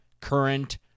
current